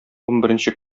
унберенче